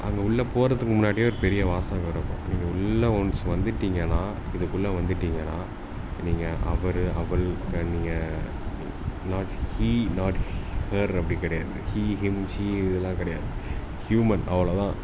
அங்கே உள்ளே போகிறதுக்கு முன்னாடியே ஒரு பெரிய வாசகம் இருக்கும் நீங்கள் உள்ளே ஒன்ஸ் வந்துவிட்டிங்கனா இதுக்குள்ளே வந்துவிட்டிங்கனா நீங்கள் அவர் அவள் க நீங்கள் நாட் ஹீ நாட் ஹர் அப்படி கிடையாது ஹீ ஹிம் ஷீ இதெல்லாம் கிடையாது ஹூமன் அவ்வளோதான்